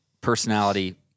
personality